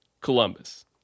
Columbus